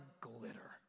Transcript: Glitter